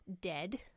dead